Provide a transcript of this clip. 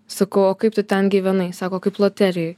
sakau o kaip tu ten gyvenai sako kaip loterijoj